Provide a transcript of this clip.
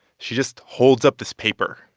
she just holds up this paper.